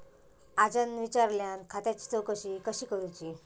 आज्यान विचारल्यान खात्याची चौकशी कशी करुची?